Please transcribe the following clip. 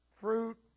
fruit